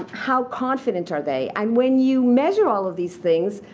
how confident are they. and when you measure all of these things,